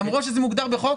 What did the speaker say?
למרות שזה מוגדר בחוק.